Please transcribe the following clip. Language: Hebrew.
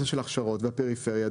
הכשרות והפריפריה.